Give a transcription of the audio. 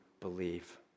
believe